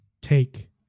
Take